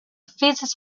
faces